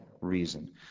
reason